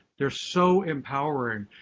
they are so empowering.